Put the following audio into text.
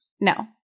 no